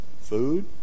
food